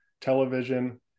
television